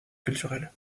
culturel